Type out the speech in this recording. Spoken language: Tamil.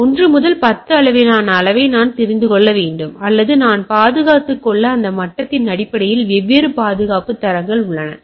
எனவே 1 முதல் 10 அளவிலான அளவை நான் தெரிந்து கொள்ள வேண்டும் அல்லது நான் பாதுகாத்துள்ள அந்த மட்டத்தின் அடிப்படையில் வெவ்வேறு பாதுகாப்பு தரங்கள் உள்ளன